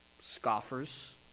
scoffers